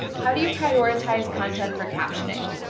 how do you prioritize content for captioning?